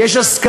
כי יש הסכמה.